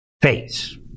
face